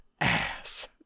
ass